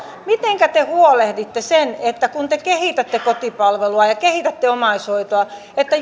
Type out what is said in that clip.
mitenkä te huolehditte siitä kun te kehitätte kotipalvelua ja kehitätte omaishoitoa että